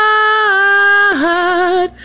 God